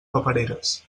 papereres